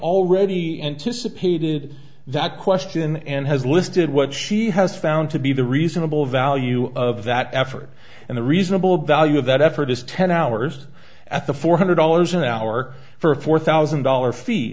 already anticipated that question and had listed what she has found to be the reasonable value of that effort and the reasonable value of that effort is ten hours at the four hundred dollars an hour for a four thousand dollar fee